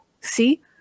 see